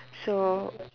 so